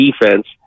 defense